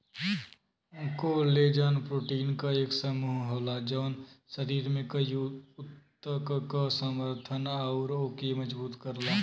collagen protein क एक समूह होला जौन शरीर में कई ऊतक क समर्थन आउर ओके मजबूत करला